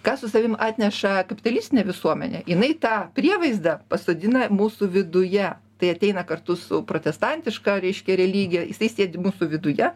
ką su savim atneša kapitalistinė visuomenė jinai tą prievaizdą pasodina mūsų viduje tai ateina kartu su protestantiška reiškia religija jisai sėdi mūsų viduje